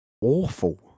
awful